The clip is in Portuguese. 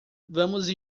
vamos